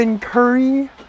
Curry